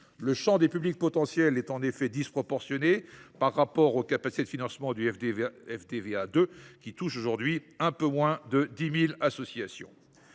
Le champ des publics potentiels « est en effet disproportionné par rapport aux capacités de financement du FDVA2, qui touche aujourd’hui un peu moins de 10 000 associations.